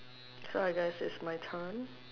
so I guess it's my turn